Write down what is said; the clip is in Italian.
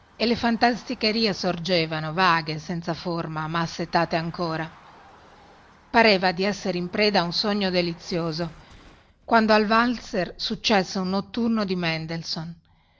e le fantasticherie sorgevano vaghe senza forma ma assetate ancora pareva di essere in preda a un sogno delizioso quando al valzer successe un notturno di mendelson